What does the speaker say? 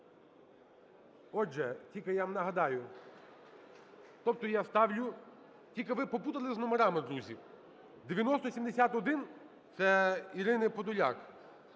Отже, тільки я вам нагадаю, тобто я ставлю… Тільки ви поплутали з номерами, друзі. 9071 – це Ірини Подоляк.